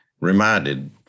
reminded